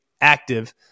active